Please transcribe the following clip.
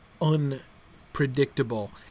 unpredictable